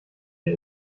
der